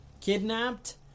kidnapped